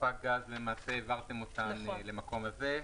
ספק גז" העברתם למקום הזה.